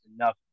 enough